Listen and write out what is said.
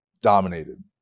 dominated